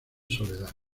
soledad